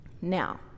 Now